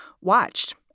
watched